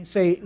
Say